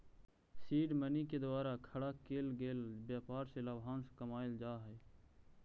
seed money के द्वारा खड़ा केल गेल व्यापार से लाभांश कमाएल जा हई